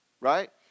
right